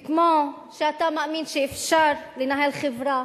וכמו שאתה מאמין שאפשר לנהל חברה